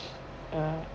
uh